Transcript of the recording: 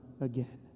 again